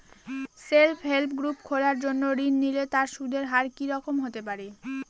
Self help group খোলার জন্য ঋণ নিলে তার সুদের হার কি রকম হতে পারে?